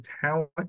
talent